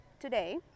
today